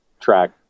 track